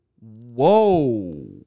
whoa